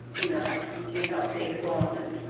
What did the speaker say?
you know had to be cleaned up later ah on, and